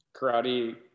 Karate